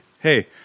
Hey